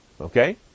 Okay